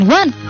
one